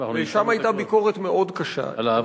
שם היתה ביקורת מאוד קשה,